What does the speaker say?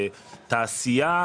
תעשייה,